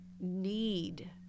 Need